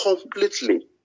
completely